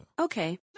Okay